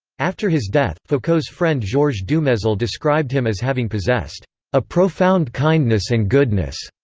after his death, foucault's friend georges dumezil described him as having possessed a profound kindness and goodness,